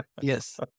Yes